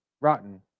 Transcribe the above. rotten